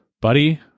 Buddy